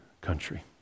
country